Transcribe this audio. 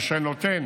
אשר נותן